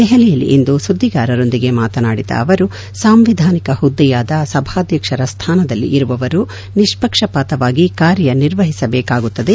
ದೆಹಲಿಯಲ್ಲಿಂದು ಸುದ್ದಿಗಾರರೊಂದಿಗೆ ಮಾತನಾಡಿದ ಅವರು ಸಾಂವಿಧಾನಿಕ ಹುದ್ದೆಯಾದ ಸಭಾಧ್ಯಕ್ಷರ ಸ್ಥಾನದಲ್ಲಿರುವವರು ನಿಷ್ಪಕ್ಷಪಾತವಾಗಿ ಕಾರ್ಯನಿರ್ವಹಿಸಬೇಕಾಗುತ್ತದೆ